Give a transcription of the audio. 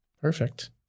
Perfect